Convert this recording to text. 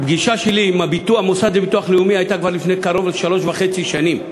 הפגישה שלי עם המוסד לביטוח לאומי הייתה כבר לפני קרוב לשלוש וחצי שנים.